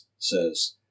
says